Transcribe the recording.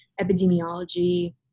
epidemiology